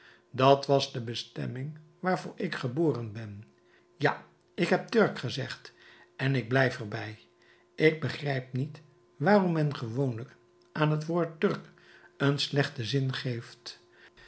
dat was de bestemming waarvoor ik geboren ben ja ik heb turk gezegd en ik blijf er bij ik begrijp niet waarom men gewoonlijk aan het woord turk een slechten zin geeft